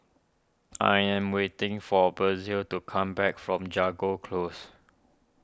I am waiting for Bessie to come back from Jago Close